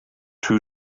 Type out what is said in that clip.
two